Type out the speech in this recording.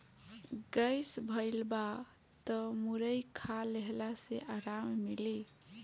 gas भइल बा तअ मुरई खा लेहला से आराम मिली